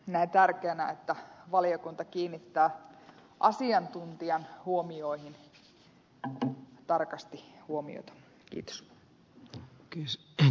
näen tärkeänä että valiokunta kiinnittää asiantuntijan huomioihin tarkasti huomiota